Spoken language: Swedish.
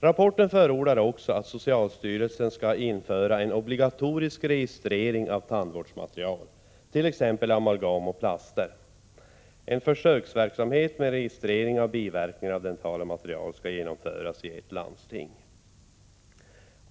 Rapporten förordar också att socialstyrelsen skall införa en obligatorisk registrering av tandvårdsmaterial, t.ex. amalgam och plaster. En försöksverksamhet med registrering av biverkningar av dentala material skall 155 genomföras i ett landsting.